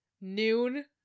noon